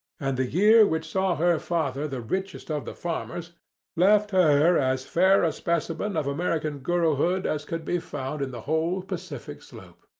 and the year which saw her father the richest of the farmers left her as fair a specimen of american girlhood as could be found in the whole pacific slope.